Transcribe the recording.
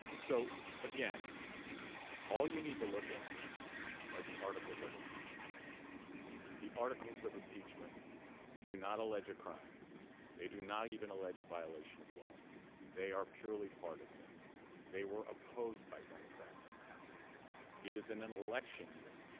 so again all you need to look at are the articles of impeachment the articles of impeachment do not alleged crime they do not even alleged violation of law they are purely partisan they were opposed by democrats in the house is in an election year